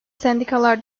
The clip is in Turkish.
sendikalar